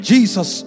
Jesus